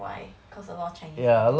why because a lot of chinese there